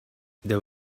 there